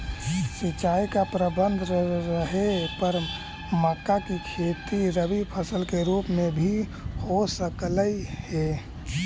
सिंचाई का प्रबंध रहे पर मक्का की खेती रबी फसल के रूप में भी हो सकलई हे